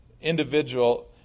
individual